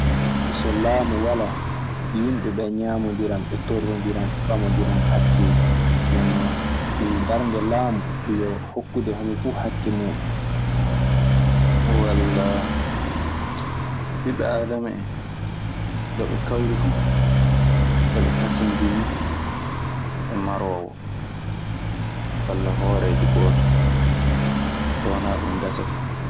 So lamu wala himɓeɓee ŋiamodiran, ɓe torodiran, ɓe ɓamodiran hakeeji. Ndennon darnde lamu yo hokude homo fu hakeji mudum. Walla ɓiɓɓe Aadama, so ɓe kawri fuu, aɓe kasindiri e maroowo walla hooreejo gooto. So wonaa ɗum gasataa.